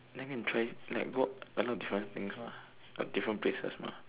then can try like walk a lot of different things lah different places lor